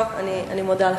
טוב, אני מודה לך.